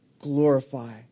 Glorify